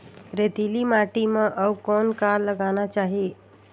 रेतीली माटी म अउ कौन का लगाना चाही?